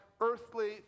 earthly